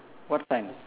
what sign